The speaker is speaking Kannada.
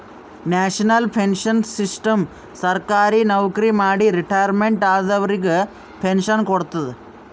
ನ್ಯಾಷನಲ್ ಪೆನ್ಶನ್ ಸಿಸ್ಟಮ್ ಸರ್ಕಾರಿ ನವಕ್ರಿ ಮಾಡಿ ರಿಟೈರ್ಮೆಂಟ್ ಆದವರಿಗ್ ಪೆನ್ಶನ್ ಕೊಡ್ತದ್